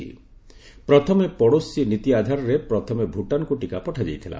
'ପ୍ରଥମେ ପଡ଼ୋଶୀ' ନୀତି ଆଧାରରେ ପ୍ରଥମେ ଭୁଟାନ୍କୁ ଟିକା ପଠାଯାଇଥିଲା